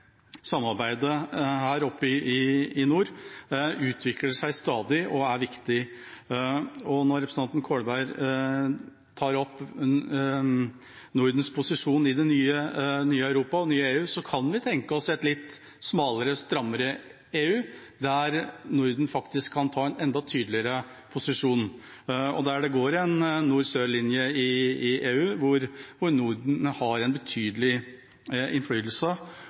samarbeidet her oppe i nord seg stadig og er viktig. Og når representanten Kolberg tar opp Nordens posisjon i det nye Europa og det nye EU, kan vi tenke oss et litt smalere, strammere EU, der Norden faktisk kan innta en enda tydeligere posisjon, og der det går en nord–sør-linje i EU hvor Norden har en betydelig innflytelse.